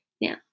Now